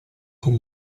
con